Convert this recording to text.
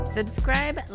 Subscribe